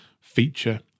feature